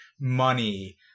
Money